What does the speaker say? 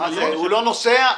הוא לא נוסע?